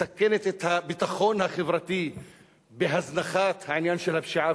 מסכנת את הביטחון החברתי בהזנחת עניין הפשיעה